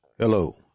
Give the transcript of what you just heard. Hello